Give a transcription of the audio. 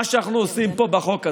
מה שאנחנו עושים פה, בחוק הזה,